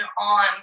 on